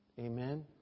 Amen